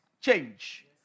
change